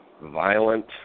violent